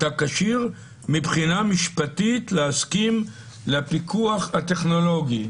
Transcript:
אתה כשיר מבחינה משפטית להסכים לפיקוח הטכנולוגי.